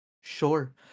Sure